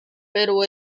pero